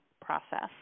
process